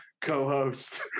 co-host